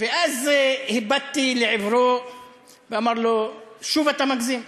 ואז הבטתי לעברו ואמרתי: שוב אתה מגזים,